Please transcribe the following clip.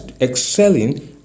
excelling